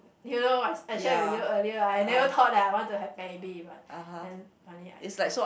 you know I I shared with you earlier I never thought I want to have baby but then funny I I